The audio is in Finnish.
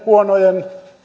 huonojen